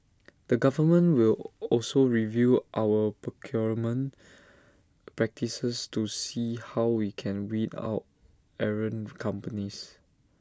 the government will also review our procurement practices to see how we can weed out errant companies